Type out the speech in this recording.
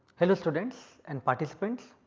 hello students and participants,